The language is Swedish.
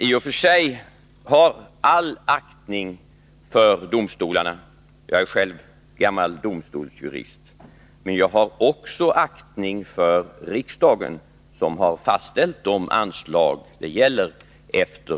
I och för sig har jag all aktning för domstolarna — jag är själv gammal domstolsjurist — men jag har också aktning för riksdagen, som efter fullgjord prövning har fastställt de anslag det gäller.